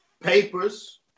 papers